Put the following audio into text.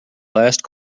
last